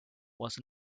was